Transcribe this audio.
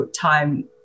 time